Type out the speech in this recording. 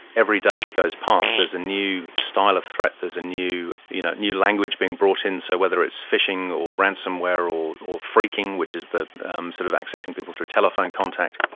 every day that goes past there's a new style of threat, there's a new you know new language being brought in, so whether it's phishing or ransomware, or or phreaking which is um sort of accessing people through telephone contact,